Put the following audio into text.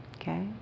Okay